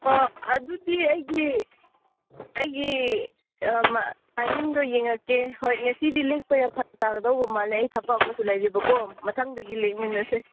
ꯑꯥ ꯑꯗꯨꯗꯤ ꯑꯩꯒꯤ ꯑꯩꯒꯤ ꯇꯥꯏꯃꯤꯡꯗꯨ ꯌꯦꯡꯉꯛꯀꯦ ꯍꯣꯏ ꯉꯁꯤꯗꯤ ꯂꯦꯛꯄ ꯐꯔꯛ ꯇꯧꯒꯗꯧꯕ ꯃꯥꯜꯂꯦ ꯑꯩ ꯊꯕꯛ ꯑꯃꯁꯨ ꯂꯩꯔꯤꯕꯀꯣ ꯃꯊꯪꯗꯒꯤ ꯂꯦꯛꯃꯤꯟꯅꯁꯦ